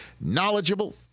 knowledgeable